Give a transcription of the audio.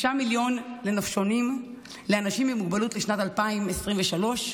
6 מיליון לנופשונים לאנשים עם מוגבלות לשנת 2023,